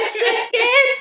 chicken